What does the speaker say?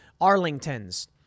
Arlington's